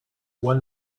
one